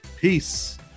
Peace